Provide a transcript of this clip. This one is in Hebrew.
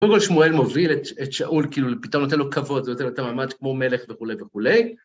קודם כל, שמואל מוביל את שאול, כאילו, פתאום נותן לו כבוד ונותן לו את המעמד, כמו מלך וכולי וכולי.